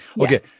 Okay